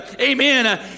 Amen